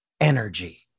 energy